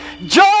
Joy